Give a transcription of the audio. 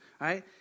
right